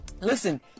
listen